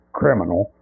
criminal